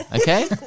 okay